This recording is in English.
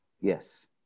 Yes